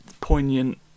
poignant